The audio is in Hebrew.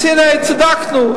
אז הנה, צדקנו.